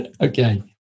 Okay